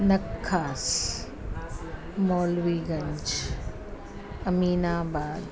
Nakhas Maulvi Ganj Aminabad